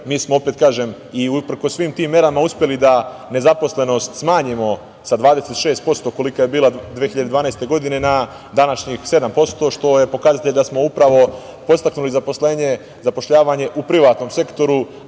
smo, opet kažem, uprkos svim tim merama uspeli da nezaposlenost smanjimo sa 26% kolika je bila 2012. godine na današnjih 7% što je pokazatelj da smo upravo podstakli zapošljavanje u privatnom sektoru,